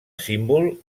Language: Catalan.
símbol